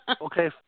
Okay